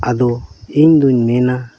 ᱟᱫᱚ ᱤᱧᱫᱩᱧ ᱢᱮᱱᱟ